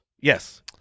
Yes